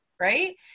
right